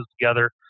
together